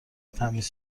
تمیز